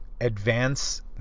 advance